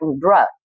drug